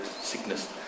sickness